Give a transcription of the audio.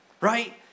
right